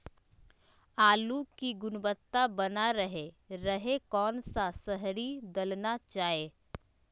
आलू की गुनबता बना रहे रहे कौन सा शहरी दलना चाये?